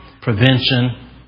prevention